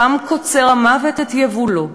שם קוצר המוות את יבולו,